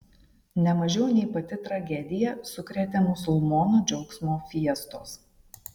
ne mažiau nei pati tragedija sukrėtė musulmonų džiaugsmo fiestos